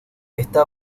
está